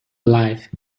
alive